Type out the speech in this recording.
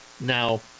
Now